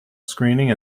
screening